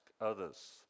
others